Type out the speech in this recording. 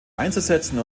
einzusetzen